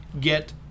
get